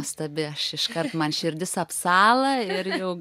nuostabi aš iškart man širdis apsąla ir jau